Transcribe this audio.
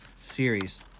series